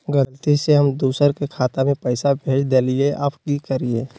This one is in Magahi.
गलती से हम दुसर के खाता में पैसा भेज देलियेई, अब की करियई?